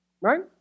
Right